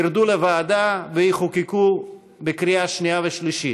ירדו לוועדה ויחוקקו בקריאה שנייה ושלישית.